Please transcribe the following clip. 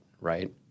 right